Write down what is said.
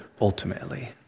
ultimately